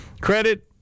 Credit